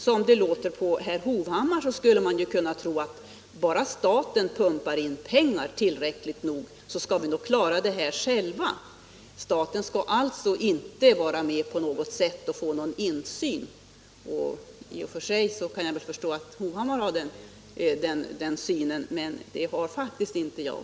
Som det låter på herr Hovhammar skulle man kunna tro att bara staten pumpar in tillräckligt med pengar, så kan branschen klara det här själv. Staten skall alltså inte vara med och få någon insyn. I och för sig kan jag förstå att herr Hovhammar har den synen, men det har faktiskt inte jag.